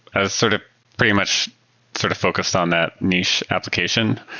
ah sort of pretty much sort of focused on that niche application.